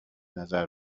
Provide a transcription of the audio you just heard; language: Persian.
نظر